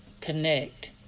connect